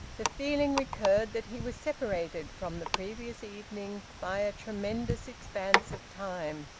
the feeling recurred that he was separated from the previous evening by a tremendous expanse of time.